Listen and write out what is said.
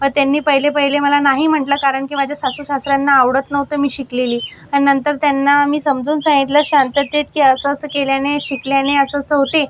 तर त्यांनी पहिले पहिले मला नाही म्हटलं कारण की माझे सासूसासऱ्यांना आवडत नव्हतं मी शिकलेली पण नंतर त्यांना मी समजाऊन सांगितलं शांततेत की असं असं केल्याने शिकल्याने असं असं होते